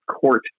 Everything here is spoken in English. court